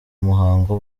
muhango